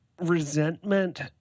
resentment